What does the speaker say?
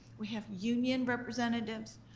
we have union representatives.